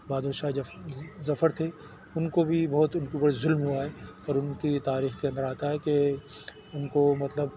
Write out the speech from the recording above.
بہادر شاہ ظفر تھے ان کو بھی بہت ان کے اوپر ظلم ہوا ہے اور ان کی تاریخ کے اندر آتا ہے کہ ان کو مطلب